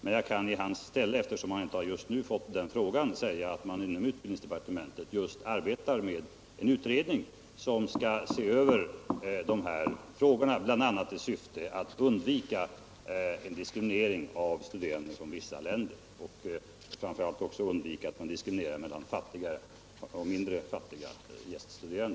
Men jag kan i hans ställe, eftersom han just nu inte har fått den frågan, tala om att man inom utbildningsdepartementet i en utredning arbetar med att se över de här frågorna, bl.a. i syfte att undvika en diskriminering av studerande från vissa länder och framför allt för att undvika diskriminering mellan fattiga och mindre fattiga gäststuderande.